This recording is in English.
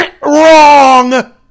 Wrong